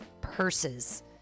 purses